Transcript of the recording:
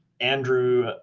Andrew